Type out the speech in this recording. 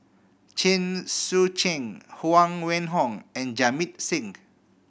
Chen Sucheng Huang Wenhong and Jamit Singh